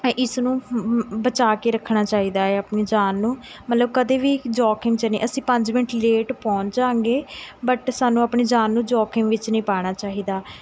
ਇਸਨੂੰ ਬਚਾ ਕੇ ਰੱਖਣਾ ਚਾਹੀਦਾ ਹੈ ਆਪਣੀ ਜਾਨ ਨੂੰ ਮਤਲਬ ਕਦੇ ਵੀ ਜੋਖਮ 'ਚ ਨਹੀਂ ਅਸੀਂ ਪੰਜ ਮਿੰਟ ਲੇਟ ਪਹੁੰਚ ਜਾਵਾਂਗੇ ਬਟ ਸਾਨੂੰ ਆਪਣੀ ਜਾਨ ਨੂੰ ਜੋਖਮ ਵਿੱਚ ਨਹੀਂ ਪਾਉਣਾ ਚਾਹੀਦਾ